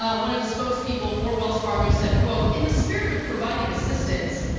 um one of the spokespeople for wells fargo said quote, in the spirit of providing assistance,